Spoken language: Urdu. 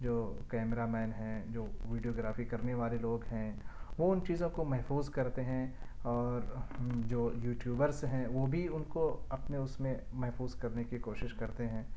جو کیمرامین ہیں جو ویڈیوگرافی کرنے والے لوگ ہیں وہ ان چیزوں کو محفوظ کرتے ہیں اور جو یوٹیوبرس ہیں وہ بھی ان کو اپنے اس میں محفوظ کرنے کی کوشش کرتے ہیں